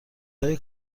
های